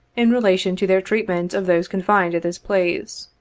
in relation to their treatment of those con fined at this place.